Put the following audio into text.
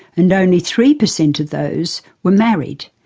and only three percent of those were married.